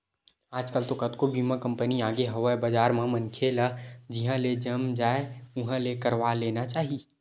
आजकल तो कतको बीमा कंपनी आगे हवय बजार म मनखे ल जिहाँ ले जम जाय उहाँ ले करवा लेना चाही